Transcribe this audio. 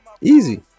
Easy